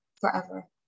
forever